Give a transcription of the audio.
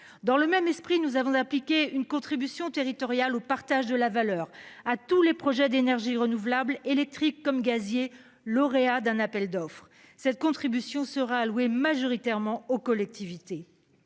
Dans le même esprit, nous avons appliqué une contribution territoriale au partage de la valeur à tous les projets d'énergies renouvelables électriques comme gazier lauréats d'un appel d'offres. Cette contribution sera allouée majoritairement aux collectivités.